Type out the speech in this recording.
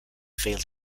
failed